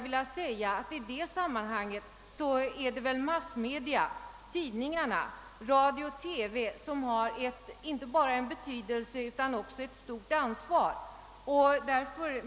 I detta sammanhang har massmedia — tidningar, radio och TV — inte bara betydelse utan även ett stort ansvar.